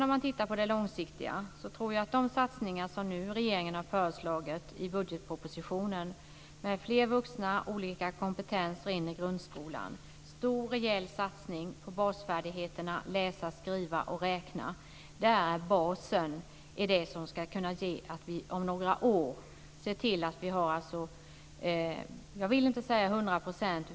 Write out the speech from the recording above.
Om man tittar på det långsiktiga så tror jag att de satsningar som regeringen nu har föreslagit i budgetpropositionen, med fler vuxna och olika kompetens redan i grundskolan och en stor och rejäl satsning på basfärdigheterna läsa, skriva och räkna, är basen. Det är basen i det som ska kunna göra att vi om några år har nästan 100 % av alla eleverna på grundskolan i gymnasieskolan.